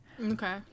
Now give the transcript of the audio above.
Okay